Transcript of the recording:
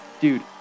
dude